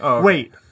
Wait